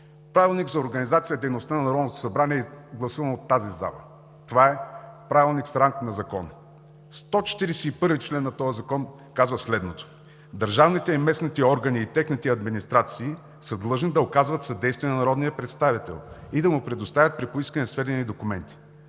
Правилник за организацията и дейността на Народното събрание, гласуван от тази зала. Това е Правилник с ранг на закон. Сто четиридесет и първи член на този закон казва следното: „Държавните и местните органи и техните администрации са длъжни да оказват съдействие на народния представител и да му предоставят при поискване сведения и документи.